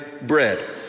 bread